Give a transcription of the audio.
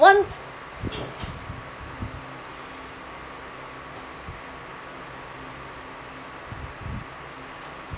one